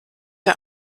der